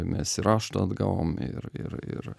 mes ir raštą atgavom ir ir ir